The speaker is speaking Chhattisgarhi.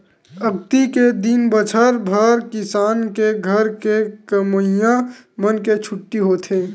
अक्ती के दिन बछर भर किसान के घर के कमइया मन के छुट्टी होथे